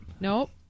Nope